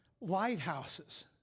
lighthouses